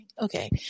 Okay